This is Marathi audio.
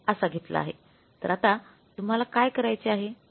तर आता तुम्हाला काय करायचे आहे तर